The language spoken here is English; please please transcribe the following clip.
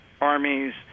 armies